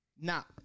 Now